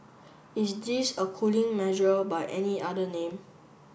is this a cooling measure by any other name